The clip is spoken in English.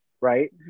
Right